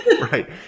right